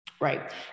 right